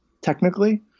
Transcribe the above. technically